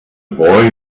boy